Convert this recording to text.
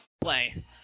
play